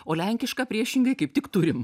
o lenkišką priešingai kaip tik turim